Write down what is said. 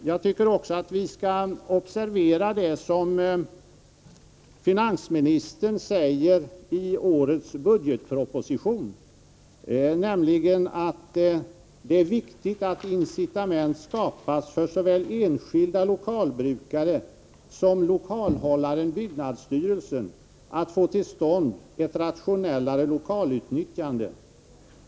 Jag tycker också att vi skall observera vad finansministern säger i årets budgetproposition, nämligen att det är ”viktigt att incitament skapas för såväl enskilda lokalbrukare som lokalhållaren byggnadsstyrelsen att få till stånd ett rationellare lokalutnyttjande.